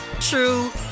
true